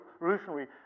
revolutionary